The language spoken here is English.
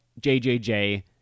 JJJ